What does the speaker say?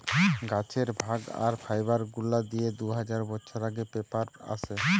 গাছের ভাগ আর ফাইবার গুলা দিয়ে দু হাজার বছর আগে পেপার আসে